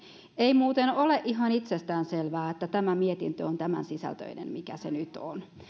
ei muuten ole ihan itsestään selvää että tämä mietintö on tämän sisältöinen kuin se nyt on